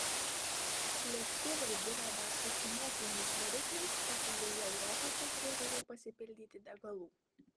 lėktuvai buvę dar su stūmokliniais varikliais pakeliui į europą čia turėdavo pasipildyti degalų